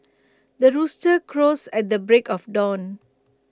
the rooster crows at the break of dawn